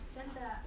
真的